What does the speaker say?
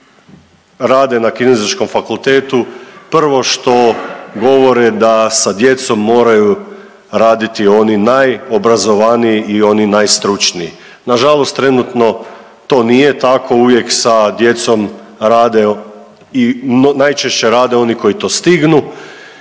rade na Kineziološkom fakultetu prvo što govore da sa djecom moraju raditi oni najobrazovaniji i oni najstručniji. Na žalost trenutno to nije tako. Uvijek sa djecom rade i najčešće rade oni koji to stignu.